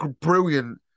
brilliant